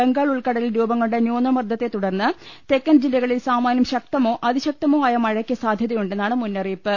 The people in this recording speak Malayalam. ബംഗാൾ ഉൾക്കടലിൽ രൂപംകൊണ്ട ന്യൂനമർദ്ദത്തെ തുടർന്ന് തെക്കൻജില്ലകളിൽ സാമാന്യം ശക്തമോ അതിശക്തമോ ആയ മഴയ്ക്ക് സാധ്യതയുണ്ടെന്നാണ് മുന്നറിയിപ്പ്